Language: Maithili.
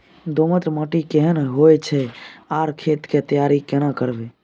दोमट माटी केहन होय छै आर खेत के तैयारी केना करबै?